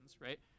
right